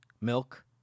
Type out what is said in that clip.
milk